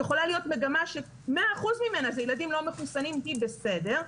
יכולה להיות מגמה ש-100% ממנה זה ילדים לא מחוסנים והיא בסדר,